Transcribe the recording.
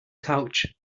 couch